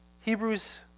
Hebrews